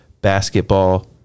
basketball